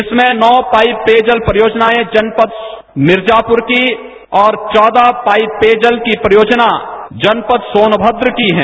इसमें नौ पाइप पेय जल परियोजनाएं जनपद मिर्जापुर की और चौदह पाइप पेयजल की परियोजना जनपद सोनभद्र की हैं